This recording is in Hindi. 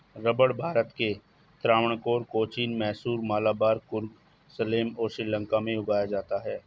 रबड़ भारत के त्रावणकोर, कोचीन, मैसूर, मलाबार, कुर्ग, सलेम और श्रीलंका में उगाया जाता है